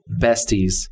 besties